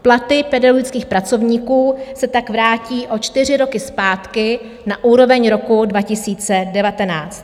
Platy pedagogických pracovníků se tak vrátí o čtyři roky zpátky na úroveň roku 2019.